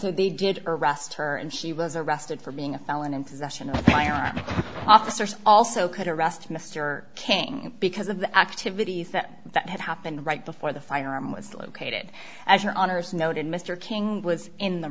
so they did arrest her and she was arrested for being a felon in possession of firearms officers also could arrest mr king because of the activities that that had happened right before the firearm was located as an honor is noted mr king was in the